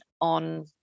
on